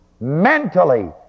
mentally